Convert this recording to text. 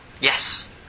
Yes